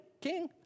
king